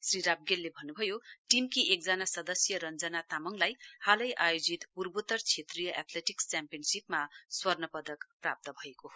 श्री राप्गेलले भन्नुभयो टीमकी एकजना सदस्य रञ्जना तामाङलाई हालै आयोजित पूर्वोत्तर क्षेत्रीय एथलेटिक्स च्याम्पियनशीपमा स्वर्णपदक प्राप्त भएको हो